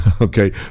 Okay